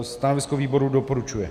Stanovisko výboru: doporučuje.